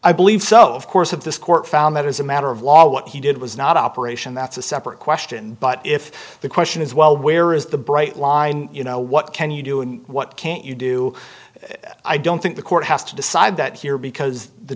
i believe so of course of this court found that as a matter of law what he did was not operation that's a separate question but if the question is well where is the bright line you know what can you do and what can't you do i don't think the court has to decide that here because the